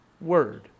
word